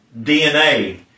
DNA